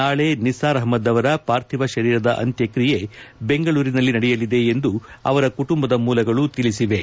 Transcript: ನಾಳೆ ನಿಸಾರ್ ಅಪ್ಪದ್ ಅವರ ಪಾರ್ಥಿವ ಶರೀರದ ಅಂತ್ಯಕ್ರಿಯೆ ಬೆಂಗಳೂರಿನಲ್ಲಿ ನಡೆಯಲಿದೆ ಎಂದು ಅವರ ಕುಟುಂಬದ ಮೂಲಗಳು ತಿಳಿಸಿವೆ